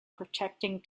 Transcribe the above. protecting